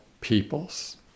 peoples